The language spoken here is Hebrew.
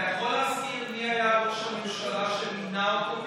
אתה יכול להזכיר מי היה ראש הממשלה שמינה אותו כמפכ"ל?